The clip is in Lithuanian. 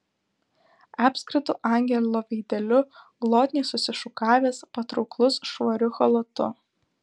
apskritu angelo veideliu glotniai susišukavęs patrauklus švariu chalatu